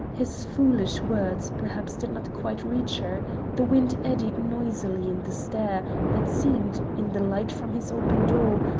his foolish words perhaps did not quite reach her the wind eddied noisily in the stair, that seemed, in the light from his open door,